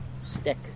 stick